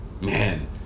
man